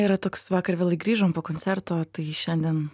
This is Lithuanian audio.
yra toks vakar vėl grįžom po koncerto tai šiandien